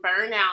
burnout